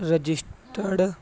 registered